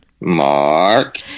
Mark